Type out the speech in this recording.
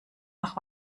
mach